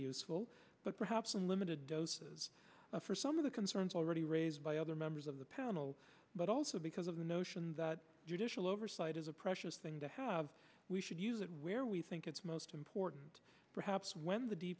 useful but perhaps a limited doses for some of the concerns already raised by other members of the panel but also because of the notion that judicial oversight is a precious thing to have we should use it where we think it's most important perhaps when the d